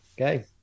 Okay